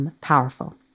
powerful